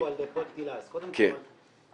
קודם כל אני